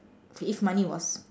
if money was